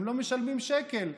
לא משלמים שקל.